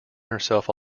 herself